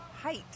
height